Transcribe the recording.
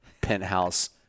penthouse